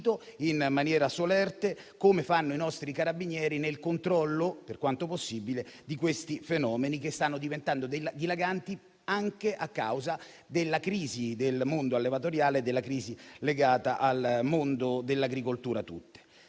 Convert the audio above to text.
in maniera solerte, come fanno i nostri Carabinieri, nel controllo, per quanto possibile, di questi fenomeni che stanno diventando dilaganti anche a causa della crisi del mondo allevatoriale e di quella legata al mondo dell'agricoltura.